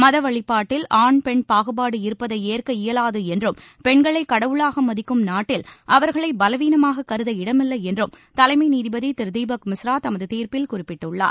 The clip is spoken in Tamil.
மத வழிபாட்டில் ஆண் பெண் பாகுபாடு இருப்பதை ஏற்க இயலாது என்றும் பெண்களை கடவுளாக மதிக்கும் நாட்டில் அவர்களை பலவீனமாக கருத இடமில்லை என்றும் தலைமை நீதிபதி திரு தீபக் மிஸ்ரா தமது தீர்ப்பில் குறிப்பிட்டுள்ளார்